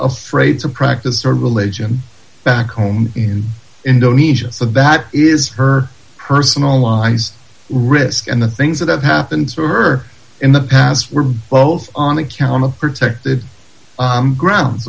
afraid to practice our religion back home in indonesia so that is her personalized risk and the things that have happened to her in the past were both on account of protected grounds